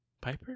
Piper